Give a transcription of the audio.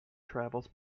travels